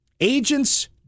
Agents